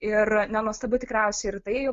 ir nenuostabu tikriausiai ir tai